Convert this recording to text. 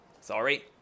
Sorry